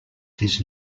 his